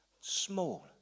small